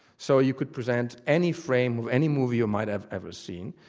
so you could present any frame of any movie you might have ever seen.